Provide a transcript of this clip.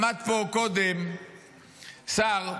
עמד פה קודם שר,